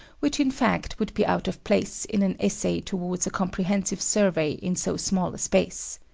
which in fact would be out of place in an essay towards a comprehensive survey in so small a space.